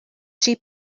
sheep